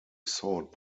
sought